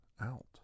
out